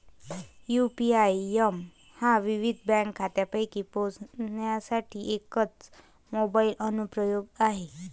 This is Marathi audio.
यू.पी.आय एप हा विविध बँक खात्यांपर्यंत पोहोचण्यासाठी एकच मोबाइल अनुप्रयोग आहे